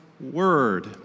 Word